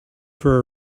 for